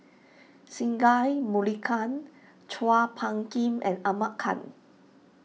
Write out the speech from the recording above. Singai Mukilan Chua Phung Kim and Ahmad Khan